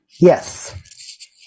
Yes